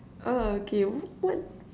uh okay what